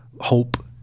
hope